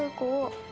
ah cool